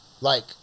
like-